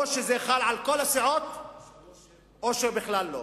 או שזה חל על כל הסיעות או שבכלל לא.